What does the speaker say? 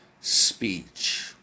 speech